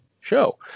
show